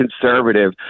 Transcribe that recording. conservative